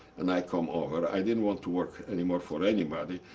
and i come over. i didn't want to work anymore for anybody.